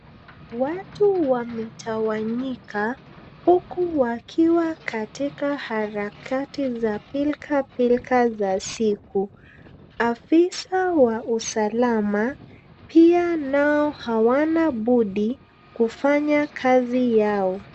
Watu wametawanyika huku wakiwa katika harakati za pilka pilka za siku. Afisa wa usalama pia nao hawana budi kufanya kazi yao.